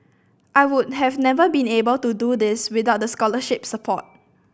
I would have never been able to do all these without the scholarship support